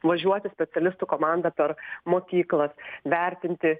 važiuoti specialistų komanda per mokyklas vertinti